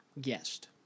guest